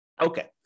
Okay